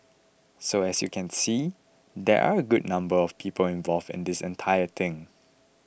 so as you can see there are a good number of people involved in this entire thing